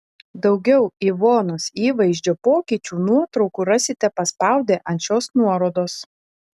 daugiau ivonos įvaizdžio pokyčių nuotraukų rasite paspaudę ant šios nuorodos